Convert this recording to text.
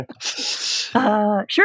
Sure